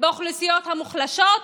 באוכלוסיות המוחלשות.